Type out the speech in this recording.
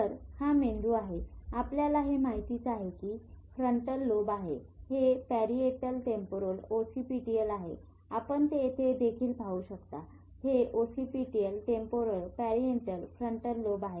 तर हा मेंदू आहे आपल्याला हे माहितच आहे कि हे फ्रंटल लोब आहे हे पॅरिएटल टेम्पोरल ओसीपीटल आहेत आपण ते येथे देखील पाहू शकता हे occipital temporal parietal frontal lobe आहेत